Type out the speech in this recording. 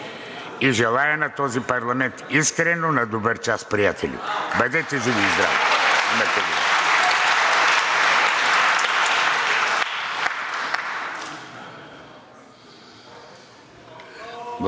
Желая на този парламент искрено на добър час, приятели! Бъдете живи и здрави!